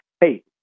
Hey